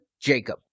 Jacob